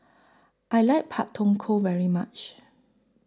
I like Pak Thong Ko very much